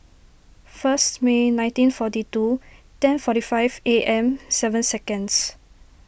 first May nineteen forty two ten forty five A M seven seconds